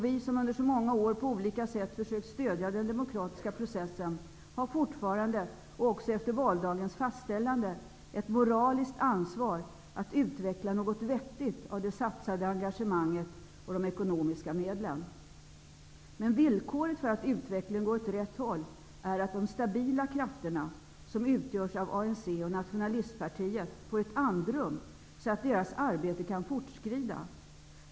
Vi som under så många år på olika sätt försökt stödja den demokratiska processen har fortfarande, även efter valdagens fastställande, ett moraliskt ansvar att utveckla något vettigt av det satsade engagemanget och de ekonomiska medlen. Men ett villkor för att utvecklingen skall gå åt rätt håll är att de stabila krafterna, som utgörs av ANC och Nationalistpartiet, får ett andrum så att deras arbete kan fortskrida.